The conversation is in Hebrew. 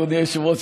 אדוני היושב-ראש,